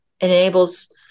enables